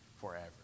forever